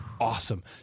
awesome